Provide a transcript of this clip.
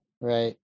right